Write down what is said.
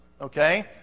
okay